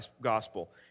gospel